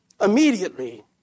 immediately